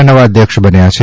ના નવા અધ્યક્ષ બન્યા છે